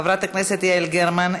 חברת הכנסת יעל גרמן,